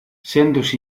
sendos